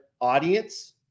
audience